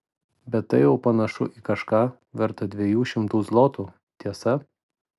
bet tai jau panašu į kažką vertą dviejų šimtų zlotų tiesa